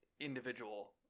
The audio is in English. individual